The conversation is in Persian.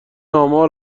امار